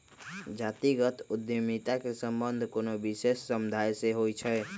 जातिगत उद्यमिता के संबंध कोनो विशेष समुदाय से होइ छै